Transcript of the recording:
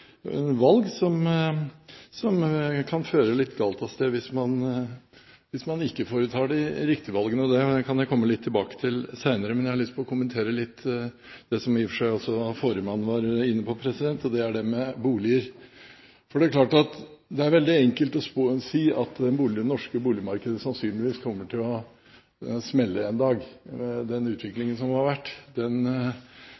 valg som kan føre litt galt av sted – hvis man ikke foretar de riktige valgene. Dette vil jeg komme litt tilbake til senere. Jeg har lyst til å kommentere litt det som i og for seg også forrige taler var inne på, dette med boliger. Det er veldig enkelt å si at det norske boligmarkedet sannsynligvis kommer til å smelle en dag. Den